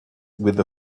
with